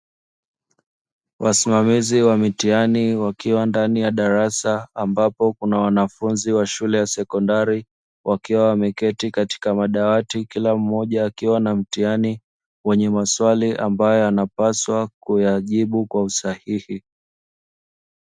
Walimamizi wa mitihani wakiwa ndani ya darasa ambapo kuna wanafunzi wa shule ya sekondari, wakiwa wameketi katika madawati kila mmoja akiwa na mtihani wenye maswali ambao yanapaswa kuyajibu kwa usahihi.